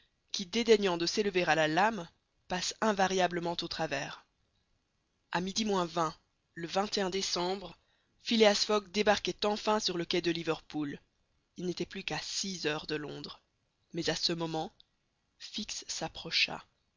qui dédaignant de s'élever à la lame passent invariablement au travers a midi moins vingt le décembre phileas fogg débarquait enfin sur le quai de liverpool il n'était plus qu'à six heures de londres mais à ce moment fix s'approcha